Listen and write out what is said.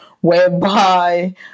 whereby